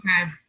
Okay